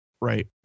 right